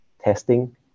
testing